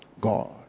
God